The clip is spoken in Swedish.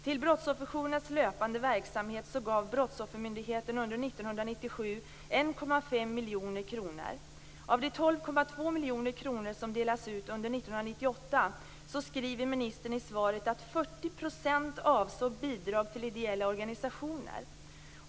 Till brottsofferjourernas löpande verksamhet gav miljoner kronor som delades ut 1998 avsåg bidrag till ideella organisationer.